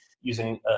using